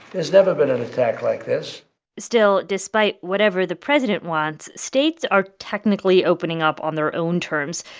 there's never been an attack like this still, despite whatever the president wants, states are technically opening up on their own terms.